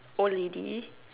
old lady